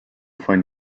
find